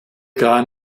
gar